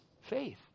faith